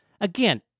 Again